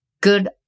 good